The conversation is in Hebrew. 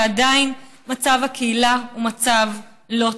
ועדיין מצב הקהילה הוא מצב לא טוב,